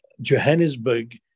Johannesburg